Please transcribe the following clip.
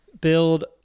build